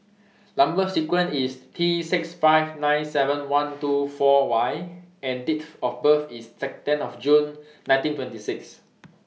Number sequence IS T six five nine seven one two four Y and Date of birth IS ten June nineteen twenty six